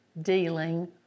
dealing